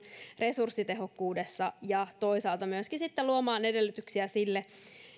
resurssitehokkuudessa ja toisaalta myöskin luomaan edellytyksiä niille